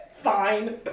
Fine